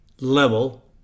level